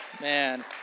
Man